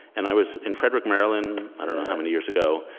and i was in frederick, maryland, i don't know how many years ago,